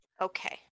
Okay